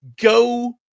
go